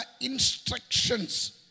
instructions